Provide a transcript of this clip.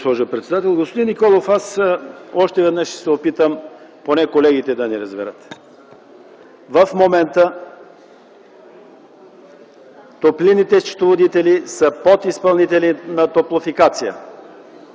Господин Николов, аз още веднъж ще се опитам да обясня, поне колегите да ни разберат. В момента топлинните счетоводители са подизпълнители на Топлофикация.